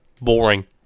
boring